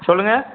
சொல்லுங்கள்